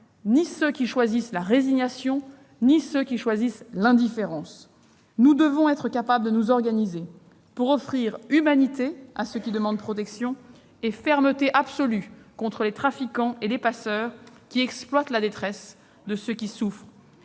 certains qui choisissent la résignation, d'autres qui choisissent l'indifférence. Nous devons être capables de nous organiser pour faire preuve d'humanité à l'égard de ceux qui demandent protection et d'une absolue fermeté contre les trafiquants et les passeurs qui exploitent la détresse de ceux qui souffrent.